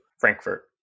Frankfurt